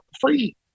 free